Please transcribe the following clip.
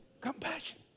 Compassion